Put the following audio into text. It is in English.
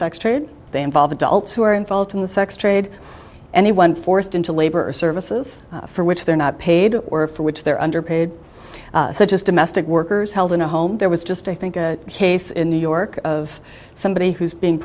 sex trade they involve adults who are involved in the sex trade and the one forced into labor services for which they're not paid or for which they're underpaid such as domestic workers held in a home there was just i think a case in new york of somebody who's being